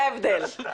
זה ההבדל.